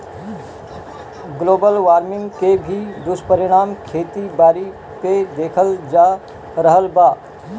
global warming के भी दुष्परिणाम खेती बारी पे देखल जा रहल बा